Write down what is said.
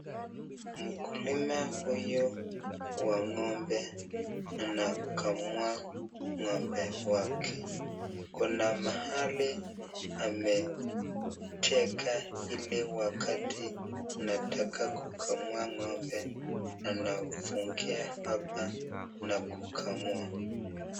Mkulima huyu wa ng'ombe anakamua ng'ombe wake, kuna mahali ameteka ili wakati anataka kukamua ng'ombe anafungia hapa na kukamua.